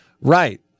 Right